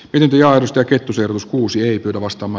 linjausta kettusen uusi hyppytavastamme